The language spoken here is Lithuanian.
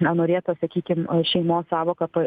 na norėta sakykim šeimos sąvoką pa